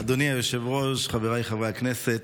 אדוני היושב-ראש, חבריי חברי הכנסת,